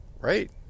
Right